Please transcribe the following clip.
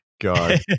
God